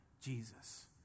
Jesus